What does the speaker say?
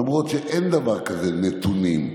למרות שאין דבר כזה נתונים.